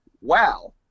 Wow